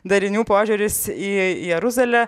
darinių požiūris į jeruzalę